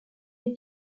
est